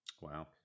Wow